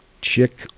chick